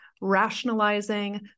rationalizing